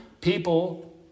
people